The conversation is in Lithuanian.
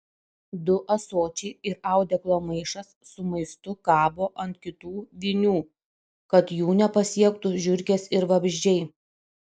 du ąsočiai ir audeklo maišas su maistu kabo ant kitų vinių kad jų nepasiektų žiurkės ir vabzdžiai